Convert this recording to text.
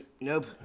Nope